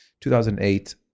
2008